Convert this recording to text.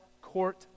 court